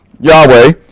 Yahweh